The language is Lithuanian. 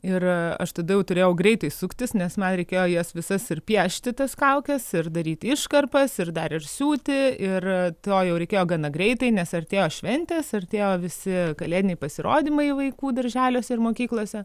ir aš tada jau turėjau greitai suktis nes man reikėjo jas visas ir piešti tas kaukes ir daryti iškarpas ir dar ir siūti ir to jau reikėjo gana greitai nes artėjo šventės artėjo visi kalėdiniai pasirodymai vaikų darželiuose ir mokyklose